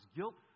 Guilt